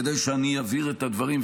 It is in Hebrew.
כדאי שאני אבהיר את הדברים,